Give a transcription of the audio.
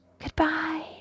Goodbye